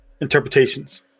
interpretations